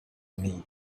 knee